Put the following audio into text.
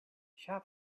shop